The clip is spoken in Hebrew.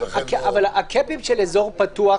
לכן --- הקאפים הרגילים של אזור פתוח,